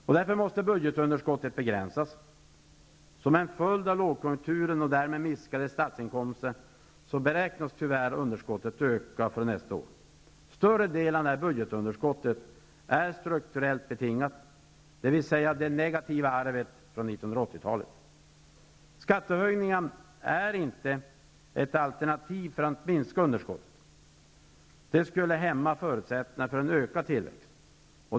Budgetunderskottet måste därför begränsas. Som en följd av lågkonjunkturen och därmed minskade statsinkomster beräknas tyvärr underskottet för nästa år öka. Större delen av budgetunderskottet är dock strukturellt betingat, dvs. det negativa arvet från 1980-talet. Skattehöjningar är inte ett alternativ för att minska underskottet. Det skulle hämma förutsättningarna för en ökad tillväxt.